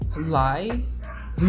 lie